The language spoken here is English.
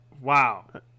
Wow